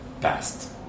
past